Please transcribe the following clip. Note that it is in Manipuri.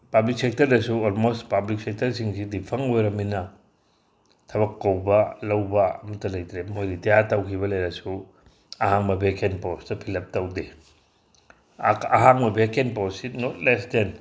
ꯄꯕ꯭ꯂꯤꯛ ꯁꯦꯛꯇꯔꯗꯁꯨ ꯑꯣꯜꯃꯣꯁ ꯄꯕ꯭ꯂꯤꯛ ꯁꯦꯛꯇꯔꯁꯤꯡꯁꯤꯗꯤ ꯗꯤꯐꯪ ꯑꯣꯏꯔꯕꯅꯤꯅ ꯊꯕꯛ ꯀꯧꯕ ꯂꯧꯕ ꯑꯝꯇ ꯂꯩꯇ꯭ꯔꯦ ꯃꯣꯏ ꯔꯤꯇ꯭ꯌꯥꯔ ꯇꯧꯈꯤꯕ ꯂꯩꯔꯁꯨ ꯑꯍꯥꯡꯕ ꯚꯦꯀꯦꯟ ꯄꯣꯁꯇ ꯐꯤꯜ ꯑꯞ ꯇꯧꯗꯦ ꯑꯍꯥꯡꯕ ꯚꯦꯀꯦꯟ ꯄꯣꯁꯁꯤ ꯅꯣꯠ ꯂꯦꯁ ꯗꯦꯟ